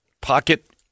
pocket